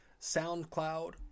SoundCloud